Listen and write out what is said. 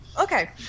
Okay